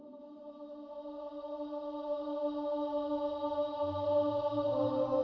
oh,